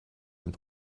mit